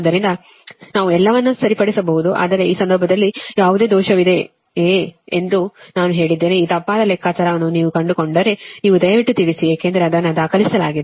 ಆದ್ದರಿಂದ ನಾವು ಎಲ್ಲವನ್ನೂ ಸರಿಪಡಿಸಬಹುದು ಆದರೆ ಈ ಸಂದರ್ಭದಲ್ಲಿ ಯಾವುದೇ ದೋಷವಿದೆಯೆ ಎಂದು ನಾನು ಹೇಳುತ್ತಿದ್ದೇನೆ ಈ ತಪ್ಪಾದ ಲೆಕ್ಕಾಚಾರವನ್ನು ನೀವು ಕಂಡುಕೊಂಡರೆ ನೀವು ದಯವಿಟ್ಟು ತಿಳಿಸಿ ಏಕೆಂದರೆ ಅದನ್ನು ದಾಖಲಿಸಲಾಗಿದೆ